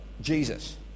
Jesus